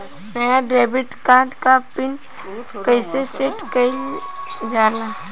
नया debit card क PIN कईसे सेट कईल जाला?